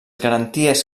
garanties